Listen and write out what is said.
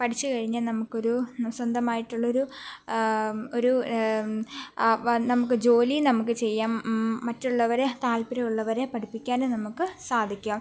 പഠിച്ചു കഴിഞ്ഞാൽ നമുക്കൊരു ന സ്വന്തമായിട്ടുള്ളൊരു ഒരു ആ വാ നമുക്ക് ജോലിയും നമുക്ക് ചെയ്യാം മറ്റുള്ളവരെ താത്പര്യമുള്ളവരെ പഠിപ്പിക്കാനും നമുക്ക് സാധിക്കും